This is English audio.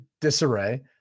disarray